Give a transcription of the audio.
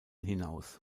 hinaus